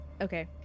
Okay